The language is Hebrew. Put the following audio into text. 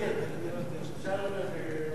זה לא אסתטי.